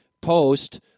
post